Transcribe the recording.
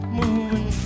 moving